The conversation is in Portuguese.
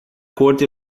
corte